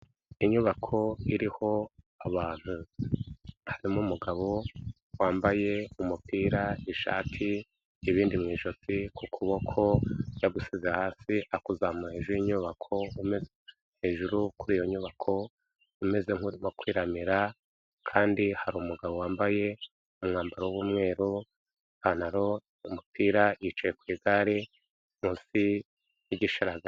Inyubako iriho abantu harimo umugabo wambaye umupira, ishati, ibindi mu ijosi ku kuboko yagusize hasi akuzamu hejuru y'inyubako hejuru kuri iyo nyubako umeze nk'uri kwiramira kandi hari u umugabo wambaye umwambaro w'umweru, ipantaro umupira yicaye ku igare munsi y'igisharaga...